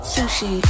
Sushi